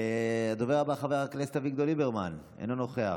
הדובר הבא, חבר הכנסת אביגדור ליברמן, אינו נוכח.